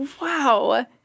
Wow